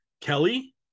kelly